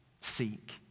seek